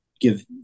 give